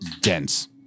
dense